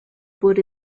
por